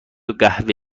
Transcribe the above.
قهوه